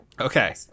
Okay